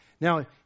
Now